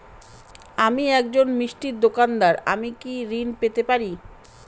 আমি একজন মিষ্টির দোকাদার আমি কি ঋণ পেতে পারি?